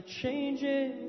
changes